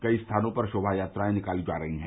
कई स्थानों पर शोभायात्राए निकाली जा रही है